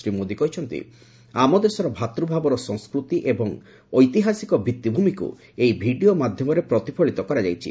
ଶ୍ରୀ ମୋଦୀ କହିଛନ୍ତି ଆମ ଦେଶର ଭାତ୍ ଭାବର ସଂସ୍କୃତି ଏବଂ ଐତିହାସିକ ଭିଭିମିକ୍ତ ଏହି ଭିଡ଼ିଓ ମାଧ୍ୟମରେ ପ୍ରତିଫଳିତ କରାଯାଇଛି